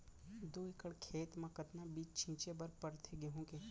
दो एकड़ खेत म कतना बीज छिंचे बर पड़थे गेहूँ के?